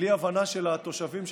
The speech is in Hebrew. בלי הבנה של התושבים,